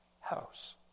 house